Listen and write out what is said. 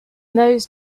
those